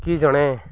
କିଏ ଜଣେ